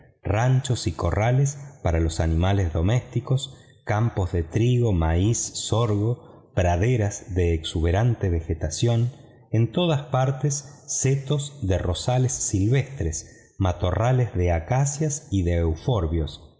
ranchos y corrales para los animales domésticos campos de trigo maiz sorgo praderas de exhuberante vegetación en todas partes setos de rosales silvestres matorrales de acacias y de euforbios